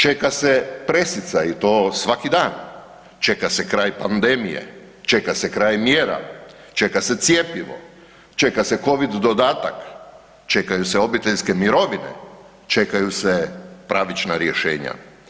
Čeka se presica i to svaki dan, čeka se kraj pandemije, čeka se kraj mjera, čeka se cjepivo, čeka se covid dodatak, čekaju se obiteljske mirovine, čekaju se pravična rješenja.